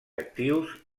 actius